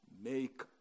make